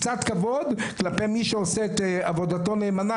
קצת כבוד כלפי מי שעושה את עבודתו נאמנה